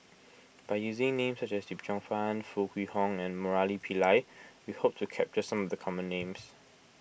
by using names such as Yip Cheong Fun Foo Kwee Horng and Murali Pillai we hope to capture some of the common names